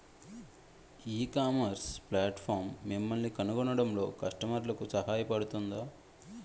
ఈ ecommerce platform మిమ్మల్ని కనుగొనడంలో కస్టమర్లకు సహాయపడుతుందా?